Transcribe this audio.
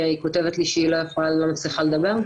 היא כותבת לי שהיא לא מצליחה לדבר.